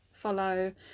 follow